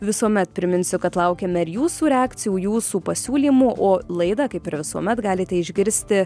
visuomet priminsiu kad laukiame ir jūsų reakcijų jūsų pasiūlymų o laidą kaip ir visuomet galite išgirsti